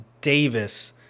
Davis